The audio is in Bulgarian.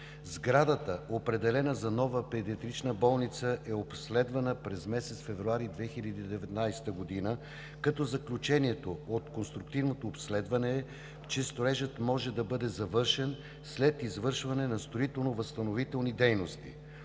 сградата, определена за нова педиатрична болница, е обследвана през месец февруари 2019 г., като заключението от конструктивното обследване е, че строежът може да бъде завършен след извършване на строително-възстановителни дейности.